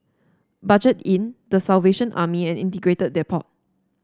Budget Inn The Salvation Army and Integrated Depot